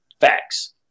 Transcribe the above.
Facts